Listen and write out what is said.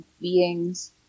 beings